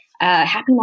Happy